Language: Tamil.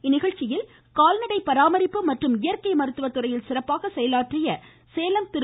இந்நிகழ்ச்சியில் கால்நடை பராமரிப்பு மற்றும் இயற்கை மருத்துவ துறையில் சிறப்பாக செயலாற்றிய சேலம் திரு